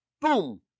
Boom